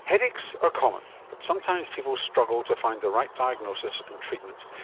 headaches are common, but sometimes people struggle to find the right diagnosis and treatment,